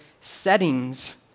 settings